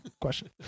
Question